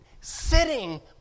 sitting